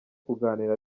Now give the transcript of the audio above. kuganira